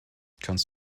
kannst